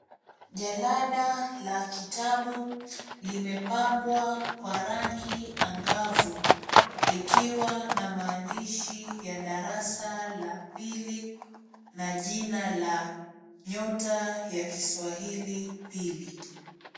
Jalada la kitabu limepambwa kwa rangi angavu likiwa na maandishi ya darasa la pili na jina la Nyota ya Kiswahili Pili.